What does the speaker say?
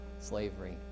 slavery